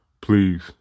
please